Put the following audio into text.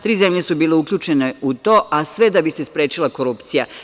Tri zemlje su bile uključene u to, a sve da bi se sprečila korupcija.